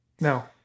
No